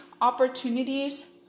opportunities